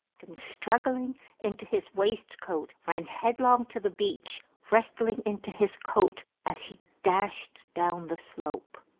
and, struggling into his waist coat, ran headlong to the beach, wrestling into his coat, as he dashed down the slope.